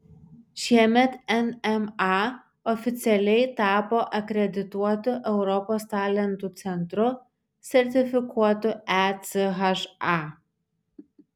šiemet nma oficialiai tapo akredituotu europos talentų centru sertifikuotu echa